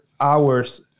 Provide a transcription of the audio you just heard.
hours